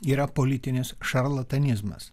yra politinis šarlatanizmas